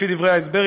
לפי דברי ההסבר,